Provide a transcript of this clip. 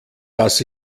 das